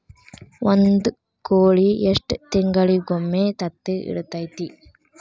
ಒಂದ್ ಕೋಳಿ ಎಷ್ಟ ತಿಂಗಳಿಗೊಮ್ಮೆ ತತ್ತಿ ಇಡತೈತಿ?